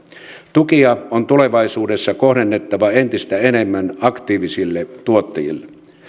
tukia on tulevaisuudessa kohdennettava entistä enemmän aktiivisille tuottajille